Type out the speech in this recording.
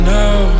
now